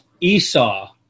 Esau